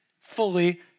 fully